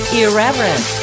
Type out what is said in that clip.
irreverent